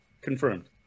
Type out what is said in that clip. Confirmed